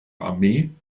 armee